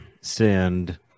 Send